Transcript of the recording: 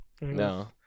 No